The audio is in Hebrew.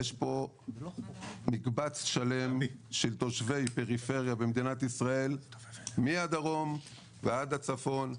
יש פה מקבץ שלם של תושבי פריפריה במדינת ישראל מהדרום עד הצפון,